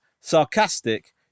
sarcastic